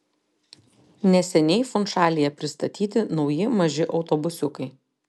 neseniai funšalyje pristatyti nauji maži autobusiukai